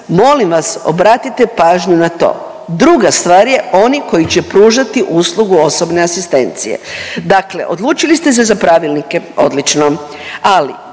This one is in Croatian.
molim vas obratite pažnju na to. Druga stvar je oni koji će pružati uslugu osobne asistencije. Dakle, odlučili ste se za pravilnike? Odlično ali